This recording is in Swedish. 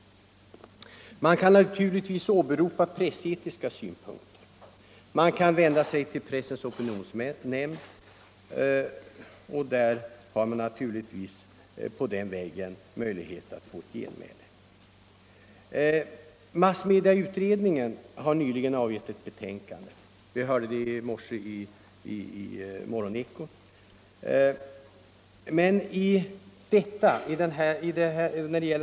Man kan naturligtvis åberopa pressetiska synpunkter. Man kan vända sig till Pressens opinionsnämnd och på den vägen försöka få möjlighet till genmäle. Massmedieutredningen har nyligen avgivit ett betänkande — det hörde vi i morgonekot i morse.